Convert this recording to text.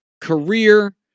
career